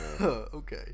Okay